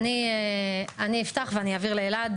בסדר, אז אני אפתח ואני אעביר לאלעד